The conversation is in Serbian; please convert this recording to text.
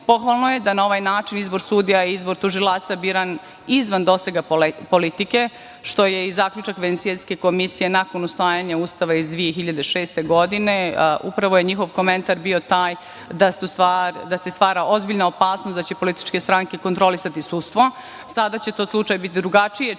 Pohvalno je da na ovaj način izbor sudija i izbor tužilaca biran izvan dosega politike, što je i zaključak Venecijanske komisije nakon usvajanja Ustava iz 2006. godine. Upravo je njihov komentar bio taj da se stvara ozbiljna opasnost da će političke stranke kontrolisati sudstvo. Sada će to slučaj biti drugačiji